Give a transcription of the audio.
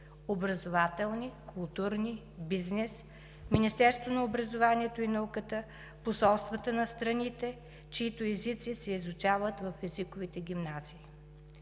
образователни, културни, бизнес, Министерството на образованието и науката, посолствата на страните, чиито езици се изучават в езиковите гимназии.